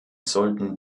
sollten